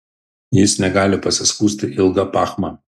jis negali pasiskųsti ilga pachma